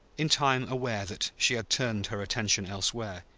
in time aware that she had turned her attention elsewhere,